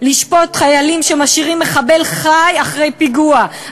לשפוט חיילים שמשאירים מחבל חי אחרי פיגוע,